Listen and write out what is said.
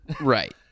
Right